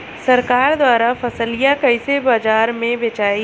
सरकार द्वारा फसलिया कईसे बाजार में बेचाई?